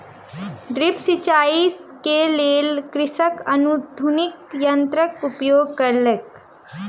drip सिचाई के लेल कृषक आधुनिक यंत्रक उपयोग केलक